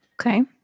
Okay